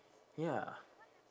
ya